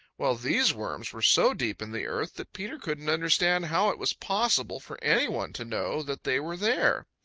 while these worms were so deep in the earth that peter couldn't understand how it was possible for any one to know that they were there.